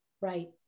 Right